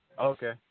Okay